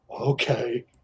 okay